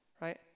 Right